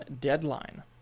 Deadline